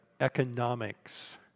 economics